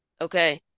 Okay